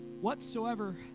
whatsoever